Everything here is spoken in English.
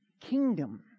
kingdom